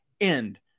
end